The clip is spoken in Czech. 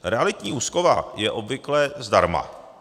Realitní úschova je obvykle zdarma.